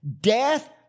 death